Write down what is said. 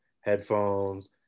headphones